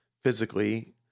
physically